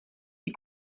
die